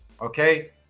okay